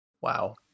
Wow